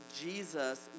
Jesus